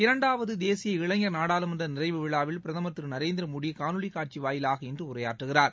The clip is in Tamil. இரண்டாவது தேசிய இளைஞர் நாடாளுமன்ற நிறைவு விழாவில் பிரதமர் திரு நரேந்திர மோடி காணொலி காட்சி வாயிலாக இன்று உரையாற்றுகிறார்